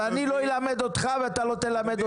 אז אני לא אלמד אותך ואתה לא תלמד אותי.